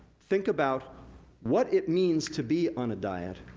think about what it means to be on a diet,